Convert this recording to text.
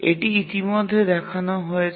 এটি ইতিমধ্যে দেখানো হয়েছে